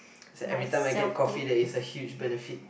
it's like everytime I get coffee there is a huge benefit